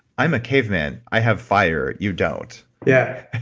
i'm a caveman, i have fire, you don't. yeah